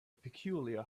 peculiar